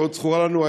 שעוד זכורה לנו.